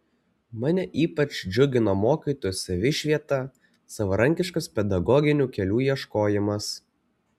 mane ypač džiugino mokytojų savišvieta savarankiškas pedagoginių kelių ieškojimas